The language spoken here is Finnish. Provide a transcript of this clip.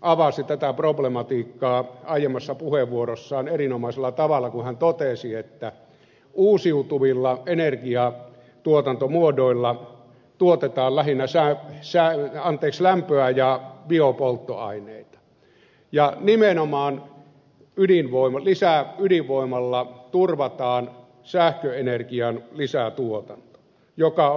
avasi tätä problematiikkaa aiemmassa puheenvuorossaan erinomaisella tavalla kun hän totesi että uusiutuvilla energiantuotantomuodoilla tuotetaan lähinnä lämpöä ja biopolttoaineita ja nimenomaan lisäydinvoimalla turvataan sähköenergian lisätuotanto joka on välttämätöntä